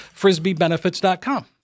frisbeebenefits.com